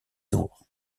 tour